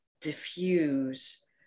diffuse